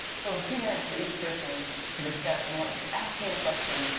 so a few minutes for each person to discuss more, and to asking the question,